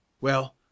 Well